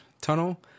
tunnel